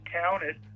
counted